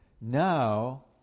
Now